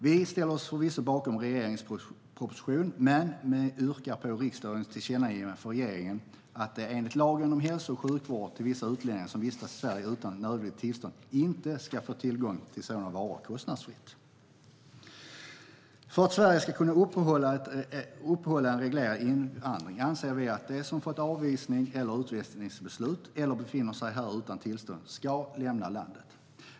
Vi ställer oss förvisso bakom regeringens proposition men yrkar på att riksdagen tillkännager för regeringen att de som enligt lagen om hälso och sjukvård till vissa utlänningar som vistas i Sverige utan nödvändiga tillstånd inte ska få tillgång till sådana varor kostnadsfritt. För att Sverige ska kunna upprätthålla en reglerad invandring anser vi att de som har fått avvisnings och utvisningsbeslut eller befinner sig här utan tillstånd ska lämna landet.